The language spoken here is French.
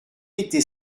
était